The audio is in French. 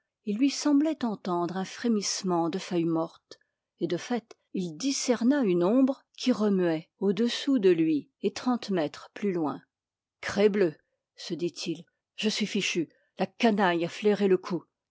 il lui semblait entendre un frémissement de feuilles mortes et de fait il discerna une ombre qui remuait au-dessous de lui et trente mètres plus loin crebleu se dit-il je suis fichu la canaille a flairé le coup